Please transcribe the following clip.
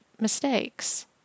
mistakes